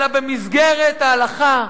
אלא במסגרת ההלכה,